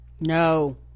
no